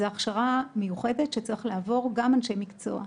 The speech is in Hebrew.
זו הכשרה מיוחדת שצריכים לעבור גם אנשי מקצוע.